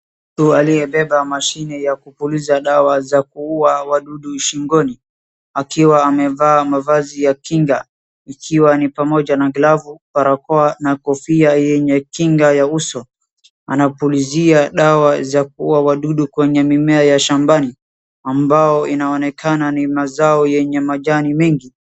Mtu aliyebeba mashine ya kupuliza dawa za kuua wadudu shingoni, akiwa amevaa mavazi ya kinga, ikiwa ni pamoja na glovo barakoa, na kofia yenye kinga ya uso, anapulizia dawa ya kuua wadudu kwenye mimea ya shambani, ambao inaonekana ni mazao yenye majani mengi.